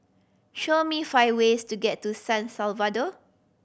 show me five ways to get to San Salvador